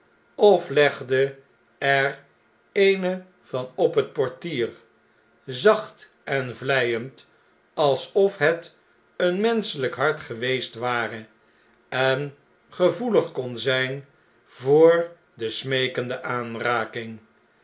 of legde er eene van op het portier zacht en vleiend alsof het een menschehjk hart geweest ware en gevoelig kon zjjn voor de smeekende aanraking